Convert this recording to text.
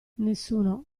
nessuno